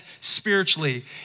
spiritually